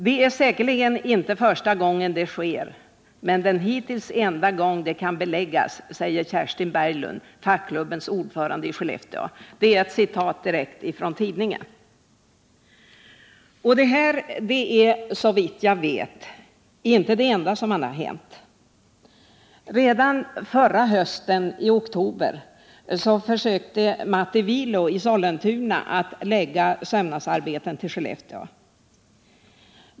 — Det är säkerligen inte första gången det sker, men den hittills enda gång det kan beläggas, säger Kerstin Berglund fackklubbens ordförande i Skellefteå.” Det är ett citat direkt från tidningen. Detta är, såvitt jag vet, inte det enda som har hänt. Redan i oktober förra året försökte Matti Viio i Sollentuna att förlägga sömnadsarbeten till Skellefteå.